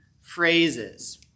phrases